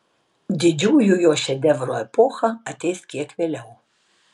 didžiųjų jo šedevrų epocha ateis kiek vėliau